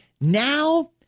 Now